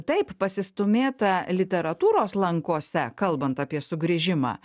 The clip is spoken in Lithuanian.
taip pasistūmėta literatūros lankose kalbant apie sugrįžimą